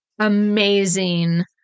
amazing